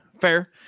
fair